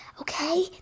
Okay